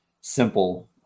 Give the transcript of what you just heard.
simple